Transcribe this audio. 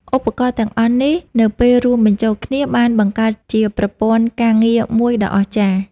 ឧបករណ៍ទាំងអស់នេះនៅពេលរួមបញ្ចូលគ្នា បានបង្កើតជាប្រព័ន្ធការងារមួយដ៏អស្ចារ្យ។